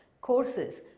courses